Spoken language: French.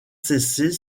cesser